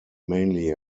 mainly